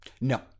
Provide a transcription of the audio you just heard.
No